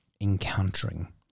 encountering